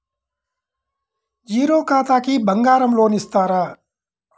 Zero ఖాతాకి బంగారం loan ఇస్తారా?